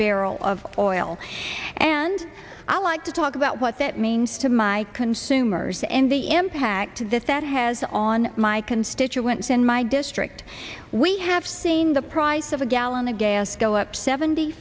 barrel of oil and i like to talk about what that means to my consumers and the impact that that has on my constituents in my district we have seen the price of a gallon of gas go up seventy